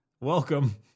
Welcome